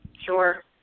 Sure